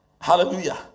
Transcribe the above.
Hallelujah